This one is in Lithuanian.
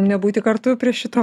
nebūti kartu prie šito